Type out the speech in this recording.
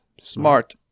smart